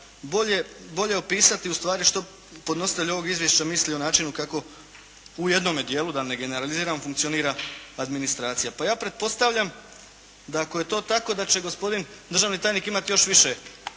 bolje opisati ustvari što podnositelj ovog izvješća misli o načinu kako u jednome dijelu da ne generaliziram funkcionira administracija. Pa ja pretpostavljam da ako je to tako da će gospodin državni tajnik imati još više